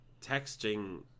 texting